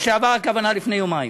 לשעבר, הכוונה לפני יומיים.